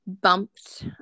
bumped